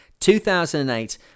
2008